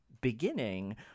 beginning